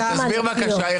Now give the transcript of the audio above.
תסביר בבקשה.